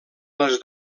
les